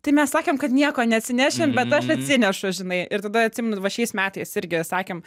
tai mes sakėm kad nieko neatsineši bet aš atsinešu žinai ir tada atsimenu va šiais metais irgi sakėm